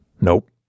Nope